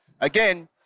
again